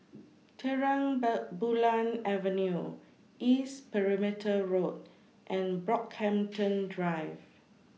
Terang Bulan Avenue East Perimeter Road and Brockhampton Drive